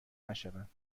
نشوند